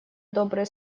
добрые